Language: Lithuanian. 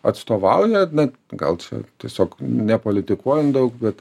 atstovauja na gal čia tiesiog nepolitikuojant daug bet